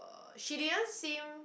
she didn't seem